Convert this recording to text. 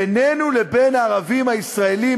בינינו לבין הערבים הישראלים,